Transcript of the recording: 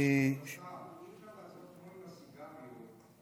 אי-אפשר לעבוד כמו עם הסיגריות,